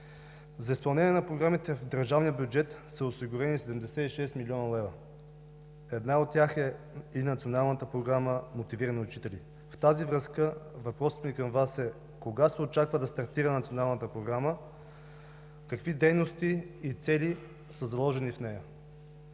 За изпълнение на програмите в държавния бюджет са осигурени 76 млн. лв. Една от тях е и Националната програма „Мотивирани учители“. Във връзка с това въпросът ми към Вас е: кога се очаква да стартира Националната програма, какви дейности и цели са заложени в нея?